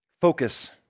Focus